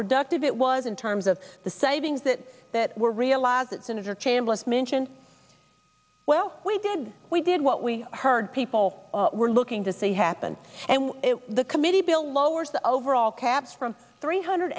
productive it was in terms of the savings that that were realized that senator chambliss mentioned well we did we did what we heard people were looking to see happen and the committee bill lowers the overall caps from three hundred